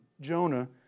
Jonah